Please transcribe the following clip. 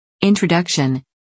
Introduction